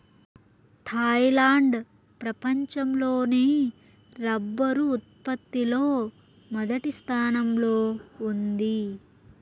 Thailand ప్రపంచం లోనే రబ్బరు ఉత్పత్తి లో మొదటి స్థానంలో ఉంది